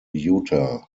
utah